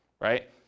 right